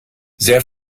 sehr